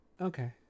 okay